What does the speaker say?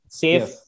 safe